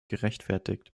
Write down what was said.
gerechtfertigt